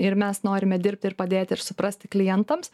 ir mes norime dirbti ir padėti ir suprasti klientams